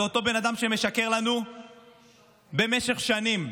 זה אותו בן אדם שמשקר לנו במשך שנים,